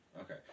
Okay